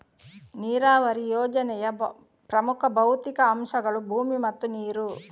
ನೀರಾವರಿ ಯೋಜನೆಯ ಪ್ರಮುಖ ಭೌತಿಕ ಅಂಶಗಳು ಭೂಮಿ ಮತ್ತು ನೀರು